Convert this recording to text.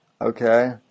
okay